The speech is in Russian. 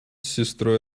сестрой